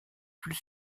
plus